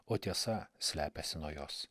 o tiesa slepiasi nuo jos